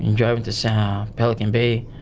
driving to so pelican bay,